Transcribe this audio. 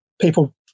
people